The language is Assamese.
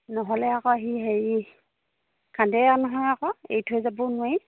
নহ'লে আকৌ সি হেৰি কান্দে নহয় আকৌ এৰি থৈ যাবও নোৱাৰি